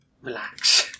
relax